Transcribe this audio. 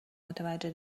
متوجه